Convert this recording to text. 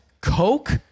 Coke